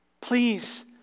Please